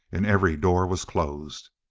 and every door was closed.